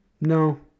No